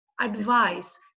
advice